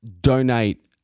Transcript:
donate